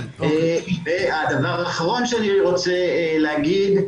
דבר אחרון שאני רוצה להגיד,